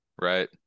Right